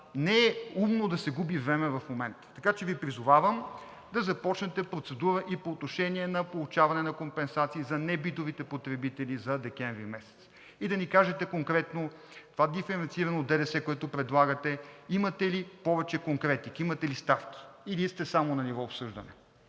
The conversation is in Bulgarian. Не е умно да се губи време в момента. Така че Ви призовавам да започнете процедура и по отношение получаване на компенсации за небитовите потребители за декември месец. Кажете ни конкретно този диференциран ДДС, който предлагате, имате ли повече конкретики, имате ли ставки, или сте само на ниво обсъждане?